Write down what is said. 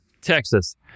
Texas